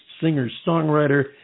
singer-songwriter